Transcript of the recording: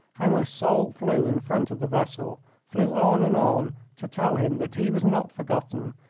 how my soul flew in front of the vessel flew on and on to tell him that he was not forgotten,